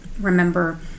remember